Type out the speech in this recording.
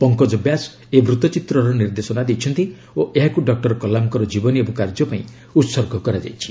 ପଙ୍କଜ ବ୍ୟାସ୍ ଏହି ବୂଉଚିତ୍ରର ନିର୍ଦ୍ଦେଶନା ଦେଇଛନ୍ତି ଓ ଏହାକୁ ଡକ୍ଟର କଲାମଙ୍କ ଜୀବନୀ ଏବଂ କାର୍ଯ୍ୟ ପାଇଁ ଉତ୍ଗ କରାଯାଇଛି